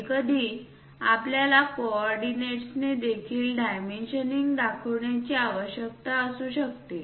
कधीकधी आपल्याला कोऑर्डिनेट्सने देखील डीमिशनिंग दाखवण्याची आवश्यकता असू शकते